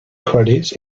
credits